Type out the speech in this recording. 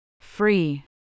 Free